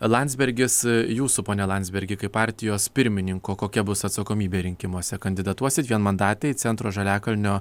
landsbergis jūsų pone landsbergi kaip partijos pirmininko kokia bus atsakomybė rinkimuose kandidatuosit vienmandatėj centro žaliakalnio